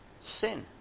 sin